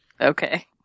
Okay